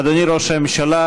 אדוני ראש הממשלה,